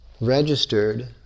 registered